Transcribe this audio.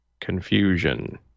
confusion